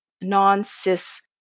non-cis